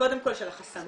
קודם כל של החסמים,